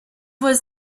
was